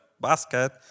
basket